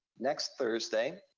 next thursday,